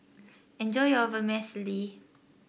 enjoy your Vermicelli